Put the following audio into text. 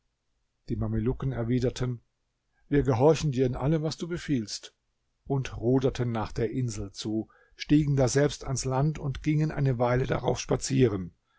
die mamelucken erwiderten wir gehorchen dir in allem was du befiehlst und ruderten nach der insel zu stiegen daselbst ans land und gingen eine weile darauf spazieren